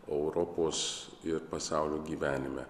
europos ir pasaulio gyvenime